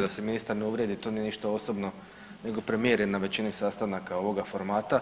Da se ministar ne uvrijedi, to nije ništa osobno, nego premijer je na većini sastanaka ovoga formata